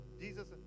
Jesus